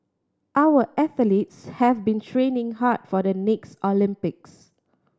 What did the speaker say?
our athletes have been training hard for the next Olympics